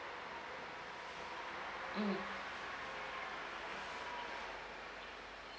mm